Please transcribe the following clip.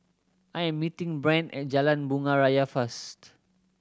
I am meeting Brant at Jalan Bunga Raya first